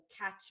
catch